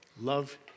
love